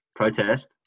Protest